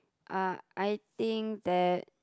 uh I think that